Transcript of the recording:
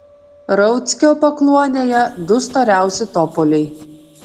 rauckio pakluonėje du storiausi topoliai